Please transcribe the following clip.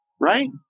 right